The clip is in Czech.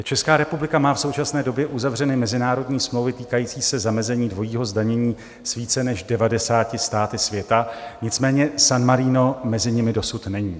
Česká republika má v současné době uzavřeny mezinárodní smlouvy týkající se zamezení dvojímu zdanění s více než devadesáti státy světa, nicméně San Marino mezi nimi dosud není.